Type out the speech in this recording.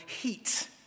heat